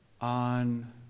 on